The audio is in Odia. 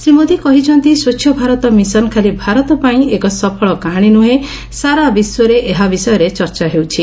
ଶ୍ରୀ ମୋଦି କହିଛନ୍ତି ସ୍ୱଚ୍ଛ ଭାରତ ମିଶନ ଖାଲି ଭାରତପାଇଁ ଏକ ସଫଳ କାହାଣୀ ନୃହେଁ ସାରା ବିଶ୍ୱରେ ଏହା ବିଷୟରେ ଚର୍ଚ୍ଚା ହେଉଛି